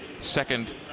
second